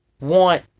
want